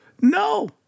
No